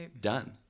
done